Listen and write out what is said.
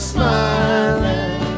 Smiling